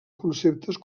conceptes